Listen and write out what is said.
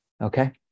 okay